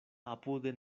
apude